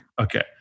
Okay